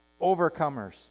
overcomers